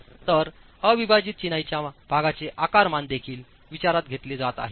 तर अविभाजित चिनाईच्या भागाचे आकारमान देखील विचारात घेतले जात आहे